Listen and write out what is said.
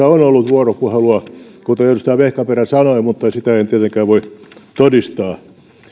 on ollut vuoropuhelua kuten edustaja vehkaperä sanoi mutta sitä en tietenkään voi todistaa